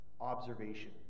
observation